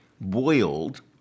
boiled